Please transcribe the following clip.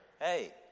hey